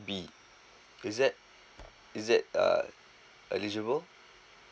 B is that is it uh eligible